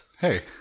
Hey